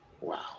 Wow